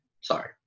Sorry